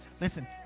listen